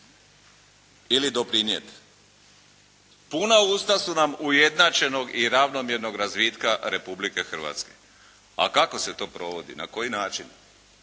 ili doprinijeti. Puna usta su nam ujednačenog i ravnomjernog razvitka Republike Hrvatske. A kako se to provodi, na koji način?